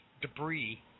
debris